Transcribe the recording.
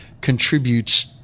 contributes